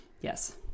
yes